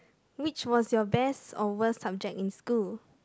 which was your best or worst subject in school